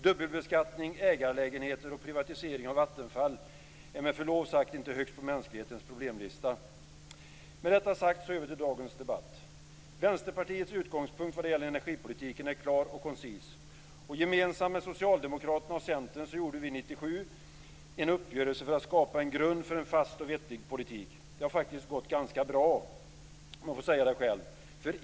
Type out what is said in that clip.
Dubbelbeskattning, ägarlägenheter och privatisering av Vattenfall ligger med förlov sagt inte högst upp på mänsklighetens problemlista. Vänsterpartiets utgångspunkt vad gäller energipolitiken är klar och koncis. Gemensamt med Socialdemokraterna och Centern träffade vi 1997 en uppgörelse för att skapa en grund för en fast och vettig politik. Det har faktiskt gått ganska bra, om jag får säga det själv.